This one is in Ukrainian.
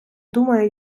думає